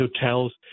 hotels